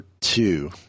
two